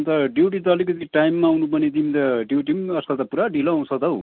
अन्त ड्युटी त अलिकति टाइममा आउनु पर्ने तिमी त ड्युटी पनि आजकल त पुरा ढिलो आउँछ त हौ